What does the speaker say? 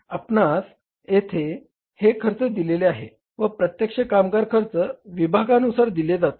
आपणास येथे हे खर्च दिले आहे व प्रत्यक्ष कामगार खर्च विभागानुसार दिले जाते